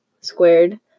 squared